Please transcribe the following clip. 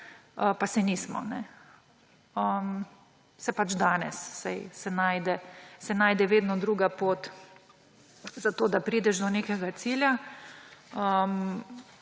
pa se nismo. Se pač danes, saj se najde vedno druga pot za to, da prideš do nekega cilja.